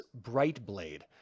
Brightblade